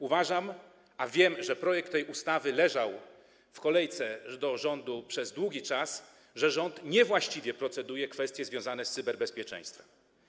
Uważam, a wiem, że projekt tej ustawy leżał w kolejce do rządu przez długi czas, że rząd niewłaściwie proceduje nad kwestiami związanymi z cyberbezpieczeństwem.